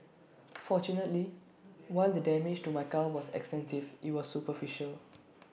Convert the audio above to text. fortunately while the damage to my car was extensive IT was superficial